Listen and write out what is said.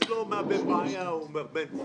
זה לא מהווה בעיה, אמר חבר הכנסת בן צור,